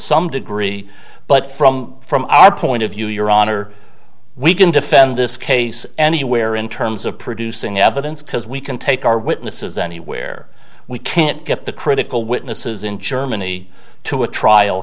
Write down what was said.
some degree but from from our point of view your honor we can defend this case anywhere in terms of producing evidence because we can take our witnesses anywhere we can't get the critical witnesses in germany to a trial